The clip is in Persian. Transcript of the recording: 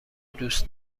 دوست